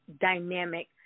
dynamic